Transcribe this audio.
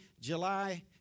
July